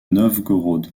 novgorod